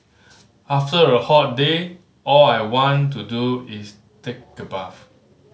after a hot day all I want to do is take a bath